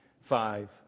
five